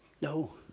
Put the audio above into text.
No